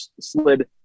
slid